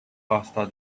faster